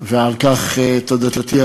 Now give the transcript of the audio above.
ועל כך תודתי,